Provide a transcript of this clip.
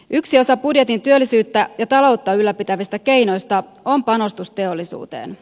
yksi osa budjetin työllisyyttä ja taloutta ylläpitävistä keinoista on panostus teollisuuteen